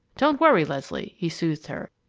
don't worry, leslie! he soothed her.